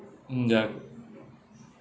mm ya